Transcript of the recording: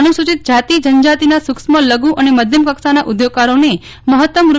અનુસૂચિત જાતિ જનજાતિના સુક્ષ્મ લઘુ અને મધ્યમ કક્ષાના ઉદ્યોગકારો ને મહત્તમ રૂ